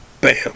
bam